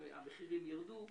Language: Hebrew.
יגידו שהמחירים ירדו.